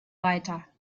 weiter